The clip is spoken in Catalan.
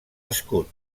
escut